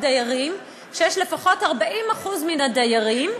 דיירים שיש בה לפחות 40% מן הדיירים.